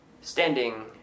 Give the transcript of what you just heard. standing